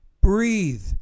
breathe